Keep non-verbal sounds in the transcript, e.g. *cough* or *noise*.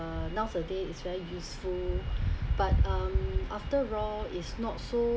nowadays is very useful *breath* but um after all is not so